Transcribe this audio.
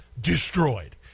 destroyed